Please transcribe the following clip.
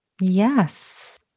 Yes